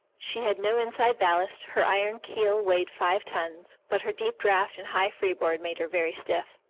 she had no inside ballast, her iron keel weighed five tons, but her deep draught and high freeboard made her very stiff.